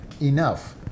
enough